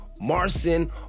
Marcin